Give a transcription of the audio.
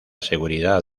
seguridad